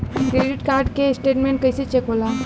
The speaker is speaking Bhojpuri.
क्रेडिट कार्ड के स्टेटमेंट कइसे चेक होला?